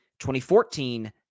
2014